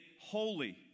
holy